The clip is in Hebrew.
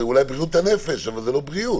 זה אולי בריאות הנפש, אבל זה לא בריאות.